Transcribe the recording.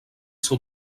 seu